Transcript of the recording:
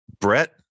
Brett